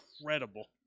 incredible